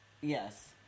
yes